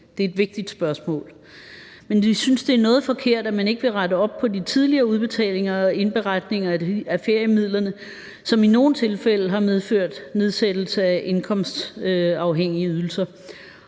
Det er et vigtigt spørgsmål, men vi synes, det er noget forkert, at man ikke vil rette op på de tidligere udbetalinger og indberetninger af feriemidlerne, som i nogle tilfælde har medført nedsættelse af indkomstafhængige ydelser.